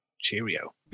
cheerio